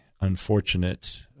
unfortunate